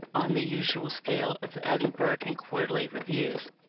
on the usual scale of the edinburgh and quarterly reviews